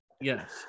Yes